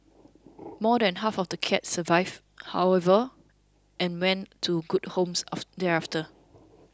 more than half of the cats survived however and went to good homes of thereafter